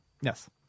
Yes